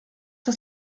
das